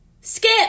Skip